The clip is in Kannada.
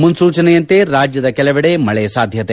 ಮುನ್ಲೂಚನೆಯಂತೆ ರಾಜ್ಯದ ಕೆಲವೆಡೆ ಮಳೆ ಸಾಧ್ಯತೆ